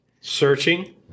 Searching